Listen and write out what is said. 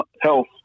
Health